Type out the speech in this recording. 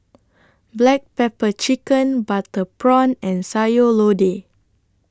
Black Pepper Chicken Butter Prawn and Sayur Lodeh